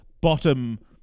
bottom